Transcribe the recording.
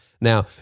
Now